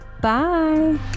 Bye